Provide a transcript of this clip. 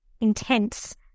intense